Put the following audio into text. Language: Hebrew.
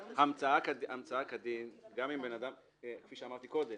המצאה כדין, גם אם בן אדם כפי שאמרתי קודם